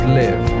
live